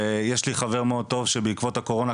ויש לי חבר מאוד טוב שבעקבות הקורונה,